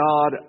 God